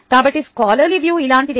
కాబట్టి scholarly view ఇలాంటిదే